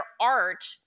art